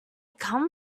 come